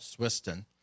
Swiston